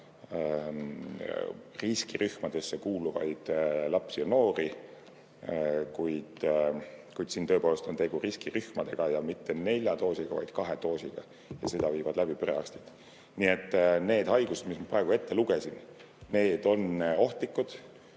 riskirühmadesse kuuluvaid lapsi ja noori, kuid siin tõepoolest on tegu riskirühmadega, ja [vaktsineerida neid] mitte nelja doosiga, vaid kahe doosiga. Seda viivad läbi perearstid. Need haigused, mis ma praegu ette lugesin, on ohtlikud.